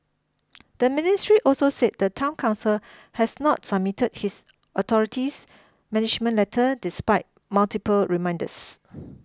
the ministry also said the town council has not submitted his authorities management letter despite multiple reminders